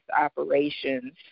operations